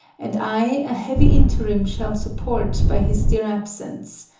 and i a heavy interim shall support by his dear absence.